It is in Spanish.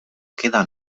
queda